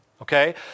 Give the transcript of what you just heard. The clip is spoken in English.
Okay